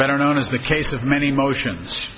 better known as the case of many motions